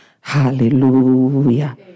Hallelujah